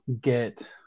get